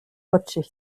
rutschig